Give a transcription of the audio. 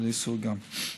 לאסור גם.